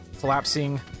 Collapsing